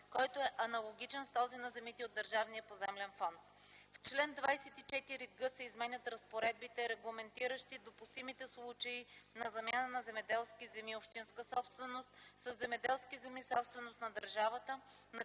който е аналогичен с този на земите от държавния поземлен фонд. В чл. 24г се изменят разпоредбите, регламентиращи допустимите случаи на замяна на земеделски земи – общинска собственост, със земеделски земи, собственост на държавата,